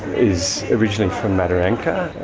is originally from mataranka.